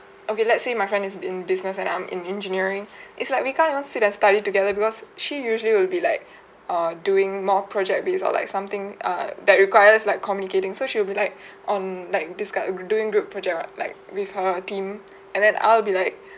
okay let's say my friend is in business and I'm in engineering it's like we can't even sit and study together because she usually will be like err doing more project based or like something err that requires like communicating so she'll be like on like discu~ doing group project what like with her team and then I'll be like